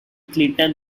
clinton